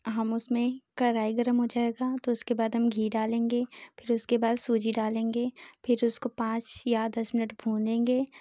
हम उसमें कड़ाही गरम हो जाएगी तो उसके बाद हम घी डालेंगे फिर उसके बाद सूजी डालेंगे फिर उसके बाद पाँच या दस मिनट भूनेंगे